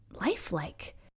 lifelike